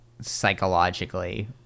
psychologically